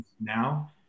now